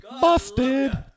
Busted